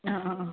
ആ ആ ആ